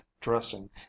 dressing